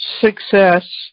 success